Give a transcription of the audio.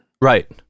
Right